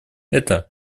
это